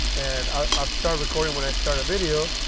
and ah ah start recording when i start a video.